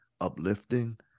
uplifting